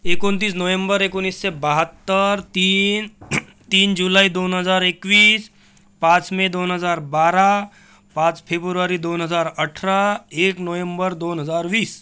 एकोणतीस नोव्हेंबर एकोणीशे बाहत्तर तीन तीन जुलै दोन हजार एकवीस पाच मे दोन हजार बारा पाच फेब्रुवारी दोन हजार अठरा एक नोव्हेंबर दोन हजार वीस